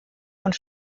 und